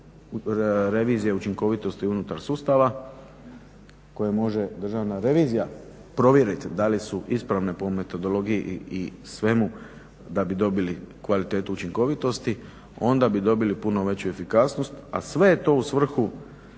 učinkovitosti unutar sustava koje može Državna revizija provjeriti da li su ispravne po metodologiji i svemu da bi dobili kvalitetu učinkovitosti onda bi dobili puno veću efikasnost. A sve je to u svrhu